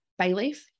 Bayleaf